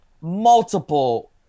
multiple